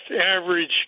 average